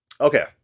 Okay